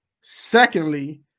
Secondly